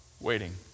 waiting